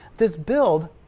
this build,